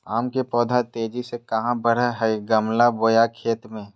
आम के पौधा तेजी से कहा बढ़य हैय गमला बोया खेत मे?